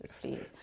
please